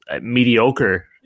mediocre